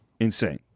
Insane